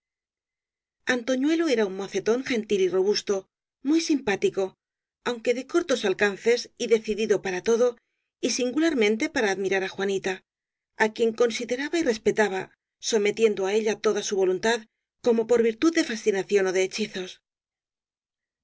antoñuelo era un mocetón gentil y robusto muy simpático aunque de cortos alcances y decidido para todo y singularmente para admirar á juanita á quien consideraba y respetaba sometiendo á ella toda su voluntad como por virtud de fascinación ó de hechizos